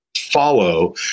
follow